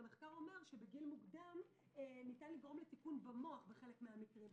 המחקר אמר שבגיל מוקדם ניתן לגרום לטיפול במוח בחלק מן המקרים.